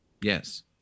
Yes